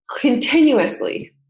continuously